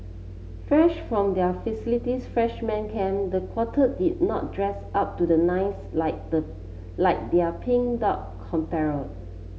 fresh from their facilities freshman camp the quartet did not dress up to the nines like the like their Pink Dot compatriot